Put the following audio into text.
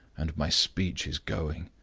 and my speech is going.